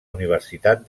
universitat